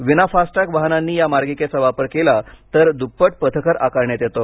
विना फास्टटॅग वाहनांनी या मार्गिकेचा वापर केला तर दुप्पट पथकर आकारण्यात येतो